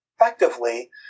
effectively